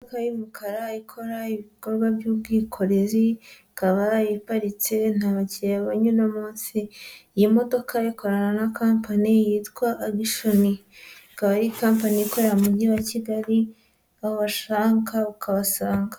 Imodoka y'umukara ikora ibikorwa by'ubwikorezi, ikaba iparitse nta bakiriya yabonye uno munsi. Iyi modoka ikorana na kampani yitwa Agishoni. Ikaba ari kampani ikorera mu Mujyi wa Kigali wabashaka ukabasanga.